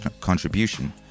contribution